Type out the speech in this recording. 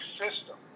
system